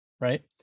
right